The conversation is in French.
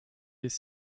les